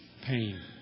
pain